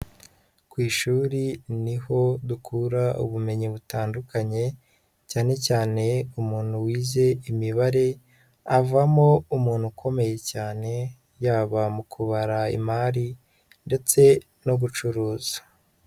Ku ishuri ni ho dukura ubumenyi butandukanye, cyane cyane umuntu wize imibare avamo umuntu ukomeye cyane, yaba mu kubara imari ndetse no gucuruza.